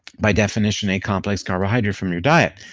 by definition a complex carbohydrate, from your diet,